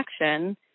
action